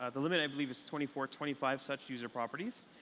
ah the limit i believe is twenty four, twenty five such user properties.